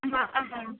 હા પણ